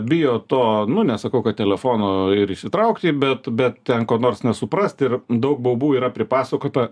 bijo to nu nesakau kad telefono ir išsitraukti bet bet ten ko nors nesuprasti ir daug baubų yra pripasakota